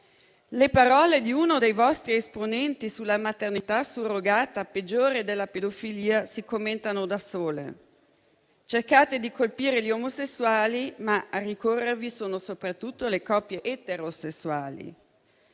Le parole di uno dei vostri esponenti sulla maternità surrogata, definita come peggiore della pedofilia, si commentano da sole. Cercate di colpire gli omosessuali, ma a ricorrervi sono soprattutto le coppie eterosessuali.